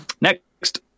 Next